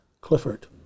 Clifford